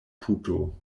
puto